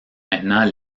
maintenant